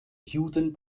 juden